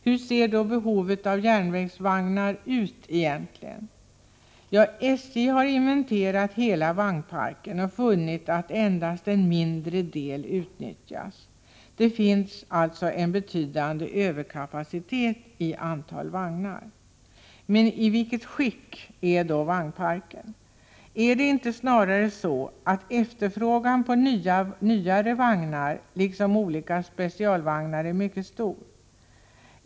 Hur ser då behovet av järnvägsvagnar egentligen ut? SJ har inventerat hela vagnparken och funnit att endast en mindre del utnyttjas. Det finns alltså en betydande överkapacitet i antal vagnar. Men i vilket skick är då vagnparken? Är det inte snarare så att efterfrågan på nyare vagnar liksom olika specialvagnar är mycket stor?